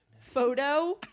photo